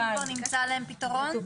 כבר נמצא להן פתרון.